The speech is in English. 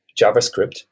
JavaScript